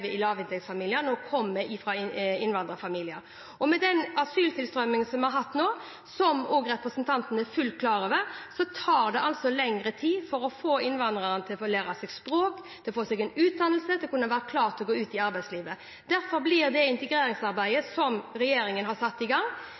i lavinntektsfamilier, nå kommer fra en innvandringsfamilie. Med den asyltilstrømmingen vi har hatt nå, som også representanten Aukrust er fullt klar over, tar det lengre tid å få innvandrerne til å lære språk, til å få seg en utdannelse, til å bli klar til å gå ut i arbeidslivet. Derfor blir det integreringsarbeidet som regjeringen har satt i gang,